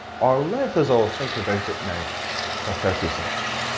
or let us all think about it now for thirty seconds.